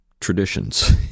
traditions